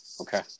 Okay